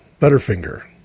Butterfinger